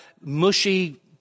mushy